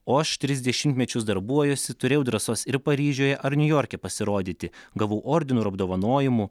o aš tris dešimtmečius darbuojuosi turėjau drąsos ir paryžiuje ar niujorke pasirodyti gavau ordinų ir apdovanojimų